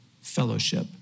fellowship